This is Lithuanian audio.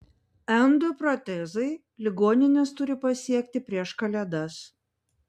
endoprotezai ligonines turi pasiekti prieš kalėdas